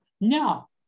now